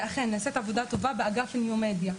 ואכן נעשית עבודה טובה באגף ניו-מדיה.